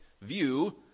view